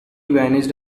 vanished